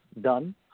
done